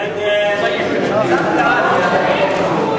הצעת החוק ביטוח בריאות ממלכתי (תיקון,